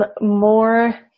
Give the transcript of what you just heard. more